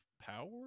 Power